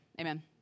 Amen